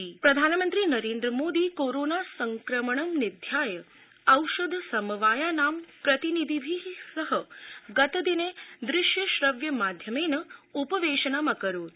प्रधानमंत्री प्रधानमंत्री नरेन्द्रमोदी कोरोना संक्रमणं निध्याय औषध समवायानां प्रतिनिधिभिः सह गतदिने दृश्य श्रव्य माध्यमेन उपवेशनं अकरोत्